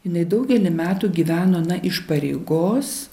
jinai daugelį metų gyveno na iš pareigos